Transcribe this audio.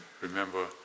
remember